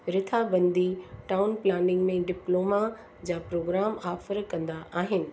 रिथा बंदी town planning में डिप्लोमा जा प्रोग्राम ऑफर कंदा आहिनि